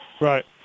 Right